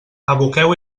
aboqueu